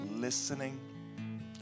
listening